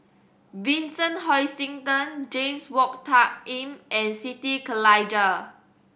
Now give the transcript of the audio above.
Vincent Hoisington James Wong Tuck Yim and Siti Khalijah